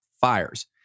fires